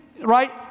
right